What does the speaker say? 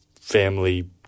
family